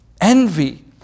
envy